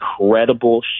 incredible